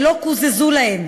שלא קוזזו להם.